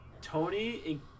Tony